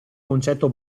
concetto